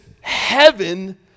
heaven